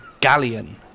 galleon